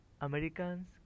Americans